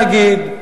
נגיד,